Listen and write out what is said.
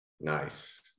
Nice